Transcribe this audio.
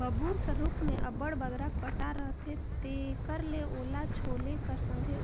बबूर कर रूख मे अब्बड़ बगरा कटा रहथे तेकर ले ओला छोले कर संघे